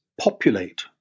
populate